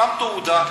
שם תעודה,